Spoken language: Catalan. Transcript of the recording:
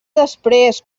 després